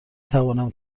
توانم